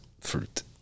fruit